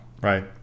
Right